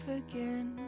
again